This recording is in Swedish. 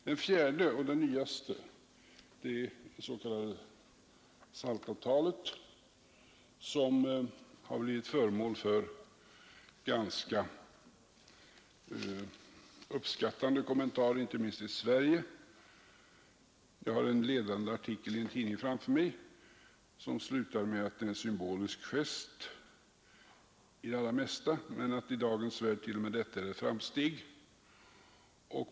Det fjärde och nyaste skälet är det s.k. SALT-avtalet, som har blivit föremål för ganska uppskattande kommentarer, inte minst i Sverige. Jag har en ledande artikel ur en tidning framför mig som slutar med att SALT-avtalet är ”en symbolisk gest” men att ”i dagens värld är t.o.m. detta ett framsteg”.